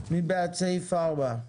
מי בעד סעיף (4)?